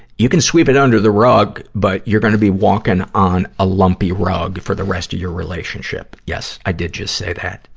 you can sweep it under the rug, but you're gonna be walking on a lumpy rug for the rest of your relationship. yes, i did just say that.